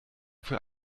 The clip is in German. für